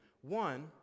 One